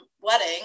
wedding